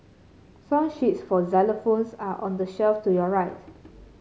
song sheets for xylophones are on the shelf to your right